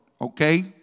Okay